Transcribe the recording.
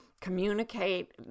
communicate